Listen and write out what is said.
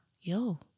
yo